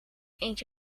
eens